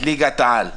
ליגת העל.